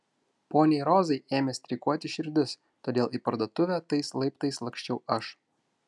poniai rozai ėmė streikuoti širdis todėl į parduotuvę tais laiptais laksčiau aš